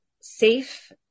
safe